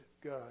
God